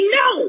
no